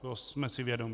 Toho jsme si vědomi.